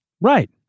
Right